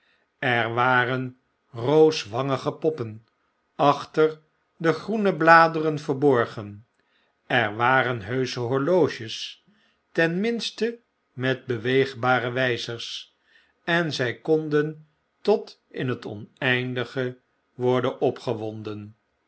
er waren rooswangige poppen acbter de groene bladeren verborgen er waren heusche horloges ten minste met beweegbare wpers en zjj konden tot in het oneindige worden